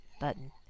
button